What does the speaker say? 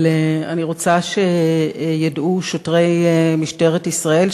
אבל אני רוצה שידעו שוטרי משטרת ישראל,